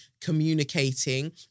communicating